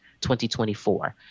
2024